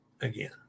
again